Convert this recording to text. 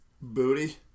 Booty